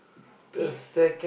can